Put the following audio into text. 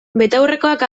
betaurrekoak